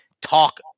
talk